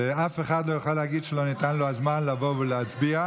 שאף אחד לא יוכל להגיד שלא ניתן לו הזמן לבוא ולהצביע.